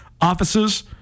offices